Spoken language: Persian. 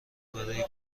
برای